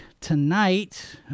tonight